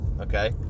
okay